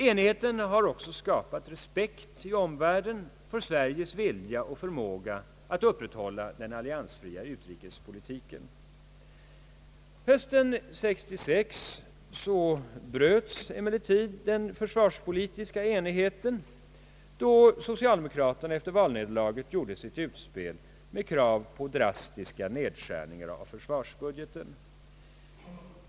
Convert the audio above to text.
Enigheten har också skapat respekt i omvärlden och för Sveriges vilja och förmåga att upprätthålla den alliansfria utrikespolitiken. Hösten 1966 bröts emellertid den försvarspolitiska enigheten, då socialdemokraterna efter valnederlaget gjorde sitt utspel med krav på drastiska nedskärningar av = försvarsbudgeten.